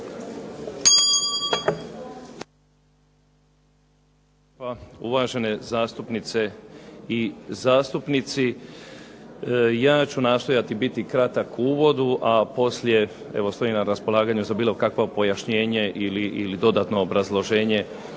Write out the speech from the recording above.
uvažene zastupnice i zastupnici. Ja ću nastojati biti kratak u uvodu a poslije stojim na raspolaganju za bilo kakvo pojašnjenje ili dodatno objašnjenje